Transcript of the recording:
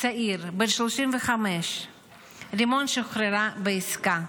צעיר בן 35. רימון שוחררה בעסקה,